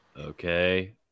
Okay